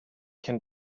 can